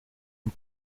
von